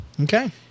Okay